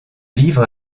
livre